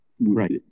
Right